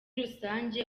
rusange